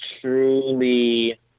truly